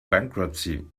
bankruptcy